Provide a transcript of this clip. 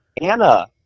Anna